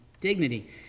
dignity